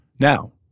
Now